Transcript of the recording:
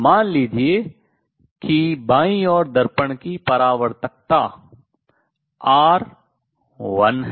मान लीजिए कि बाईं ओर दर्पण की परावर्तकत्ता R1 है